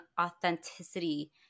authenticity